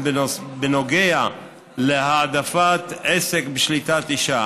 בנוגע להעדפת עסק בשליטת אישה.